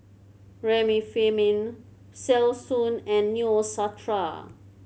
Remifemin Selsun and Neostrata